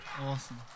Awesome